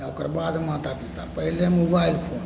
तऽ ओकर बाद माता पिता पहिले मोबाइल फोन